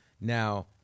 Now